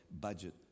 budget